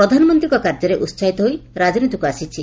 ପ୍ରଧାନମନ୍ତୀଙ୍କ କାର୍ଯ୍ୟରେ ଉହାହିତ ହୋଇ ରାଜନୀତିକ୍ ଆସିଛି